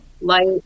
light